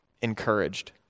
encouraged